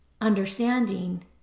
understanding